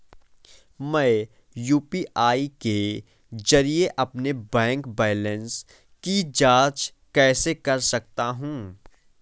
मैं यू.पी.आई के जरिए अपने बैंक बैलेंस की जाँच कैसे कर सकता हूँ?